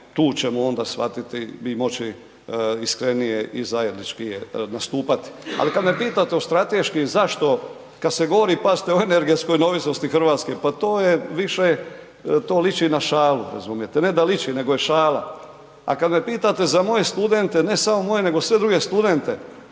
tu ćemo onda shvatiti mi moći iskrenije i zajedničkije nastupati. Ali kad me pitate o strateškim zašto, kad se govorite pazite o energetskoj neovisnosti Hrvatske, pa to je više, to liči na šalu, razumijete, ne da liči nego je šala. A kada me pitate za moje studente, ne samo moje nego i sve druge studente